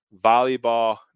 volleyball